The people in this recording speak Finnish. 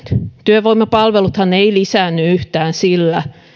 työvoimapalveluthan eivät lisäänny yhtään sillä